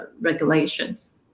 regulations